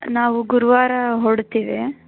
ನಾವು ಗುರುವಾರ ಹೊರಡ್ತೀವಿ